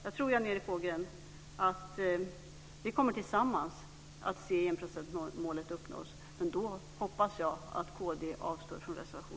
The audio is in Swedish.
Jag tror, Jan Erik Ågren, att vi kommer att tillsammans se enprocentsmålet uppnås, men då hoppas jag att kd avstår från reservation.